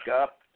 up